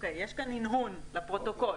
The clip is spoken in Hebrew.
יש כאן הנהון לפרוטוקול.